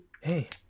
Hey